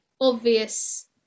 obvious